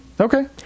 Okay